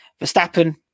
Verstappen